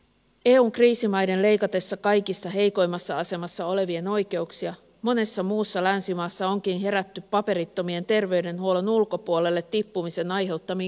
eun kriisimaiden leikatessa kaikista heikoimmassa asemassa olevien oikeuksia monessa muussa länsimaassa onkin herätty paperittomien terveydenhuollon ulkopuolelle tippumisen aiheuttamiin kustannuksiin